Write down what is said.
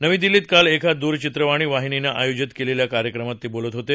नवी दिल्लीत काल एका दूरचित्रवाणी वाहिनीनं आयोजित केलेल्या कार्यक्रमात ते बोलत होते